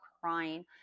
crying